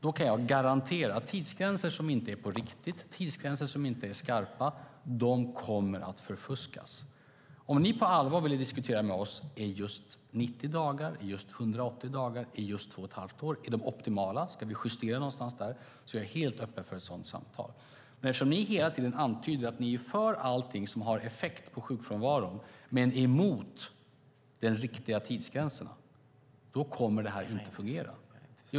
Jag kan garantera att tidsgränser som inte är på riktigt och som inte är skarpa kommer att förfuskas. Om ni på allvar vill diskutera om just 90 dagar, 180 dagar och två och ett halvt år är de optimala tidsgränserna eller om vi ska justera någonstans är jag helt öppen för ett sådant samtal. Men eftersom ni hela tiden antyder att ni är för allting som har effekt på sjukfrånvaron men är emot de riktiga tidsgränserna kommer detta inte att fungera.